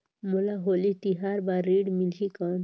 मोला होली तिहार बार ऋण मिलही कौन?